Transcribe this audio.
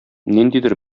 ниндидер